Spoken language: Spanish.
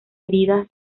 heridas